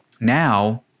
now